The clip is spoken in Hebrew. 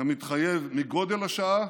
כמתחייב מגודל השעה